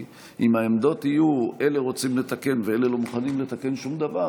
כי אם העמדות יהיו שאלה רוצים לתקן ואלה לא מוכנים לתקן שום דבר,